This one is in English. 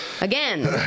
Again